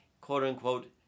quote-unquote